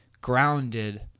grounded